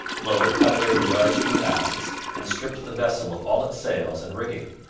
low cut away the yards from the masts and stripped the vessel of all its sails and rigging.